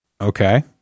okay